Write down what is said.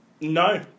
No